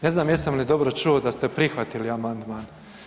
Ne znam jesam li dobro čuo da ste prihvatili amandman.